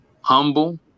Humble